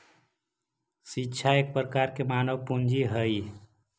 शिक्षा एक प्रकार के मानव पूंजी हइ